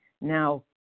Now